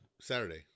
Saturday